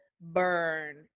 burn